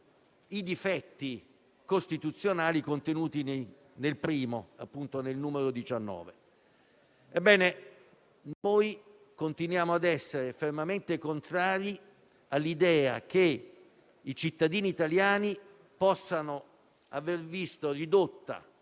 i difetti costituzionali contenuti nel primo, appunto il n. 19. Continuiamo a essere fermamente contrari all'idea che i cittadini italiani possano veder ridotta